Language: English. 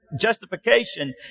justification